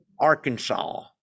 Arkansas